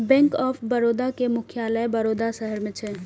bank of Baroda के मुख्यालय वडोदरा शहर मे छै